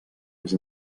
les